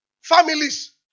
families